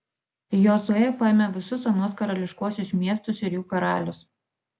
jozuė paėmė visus anuos karališkuosius miestus ir jų karalius